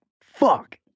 fuck